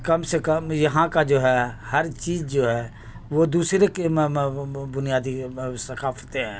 کم سے کم یہاں کا جو ہے ہر چیز جو ہے وہ دوسرے کے بنیادی ثقافتیں ہیں